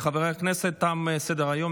חברי הכנסת, תם סדר-היום.